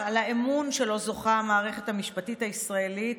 על האמון שלו זוכה המערכת המשפטית הישראלית,